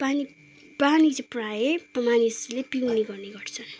पानी पानी चाहिँ प्रायै मानिसले पिउने गर्ने गर्छ